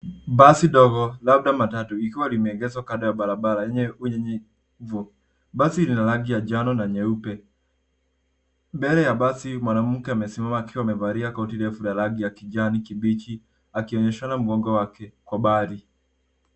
Basi dogo, labda matatu, likiwa limeegeshwa barabara yenye unyevunyevu. Basi lina rangi ya njano na nyeupe. Mbele ya basi mwanamke amesimama akiwa amevalia koti refu la rangi ya kijani kibichi akionyeshana mgongo wake kwa mbali.